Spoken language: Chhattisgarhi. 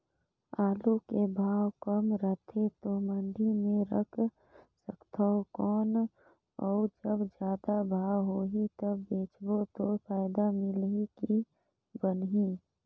आलू के भाव कम रथे तो मंडी मे रख सकथव कौन अउ जब जादा भाव होही तब बेचबो तो फायदा मिलही की बनही?